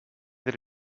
that